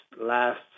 last